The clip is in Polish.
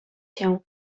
się